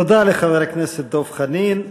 תודה לחבר הכנסת דב חנין.